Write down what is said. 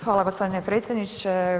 Hvala gospodine predsjedniče.